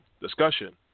discussion